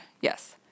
Yes